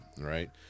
right